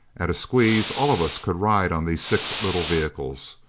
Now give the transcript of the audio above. at a squeeze, all of us could ride on these six little vehicles.